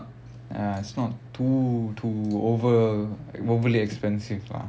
it's not ya it's not too too over overly expensive lah